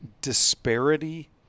disparity